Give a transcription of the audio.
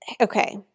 Okay